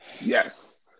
yes